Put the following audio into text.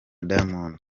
diamond